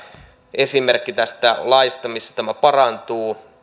esimerkki tästä laista missä tämä parantuu